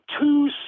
two